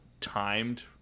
timed